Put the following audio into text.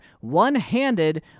one-handed